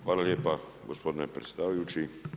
Hvala lijepa gospodine predsjedavajući.